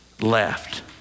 left